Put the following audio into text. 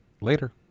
Later